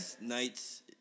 Nights